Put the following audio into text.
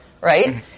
right